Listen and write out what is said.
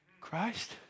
Christ